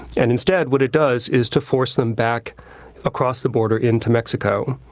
and instead, what it does is to force them back across the border into mexico.